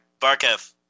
Barkev